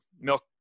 milk